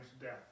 death